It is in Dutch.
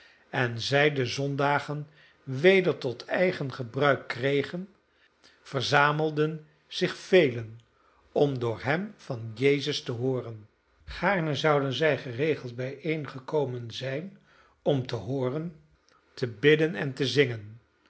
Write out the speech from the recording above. en zij de zondagen weder tot eigen gebruik kregen verzamelden zich velen om door hem van jezus te hooren gaarne zouden zij geregeld bijeengekomen zijn om te hooren te bidden en te zingen